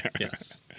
yes